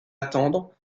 attendre